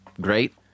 great